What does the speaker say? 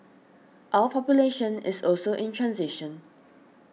our population is also in transition